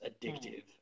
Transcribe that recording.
addictive